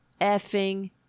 effing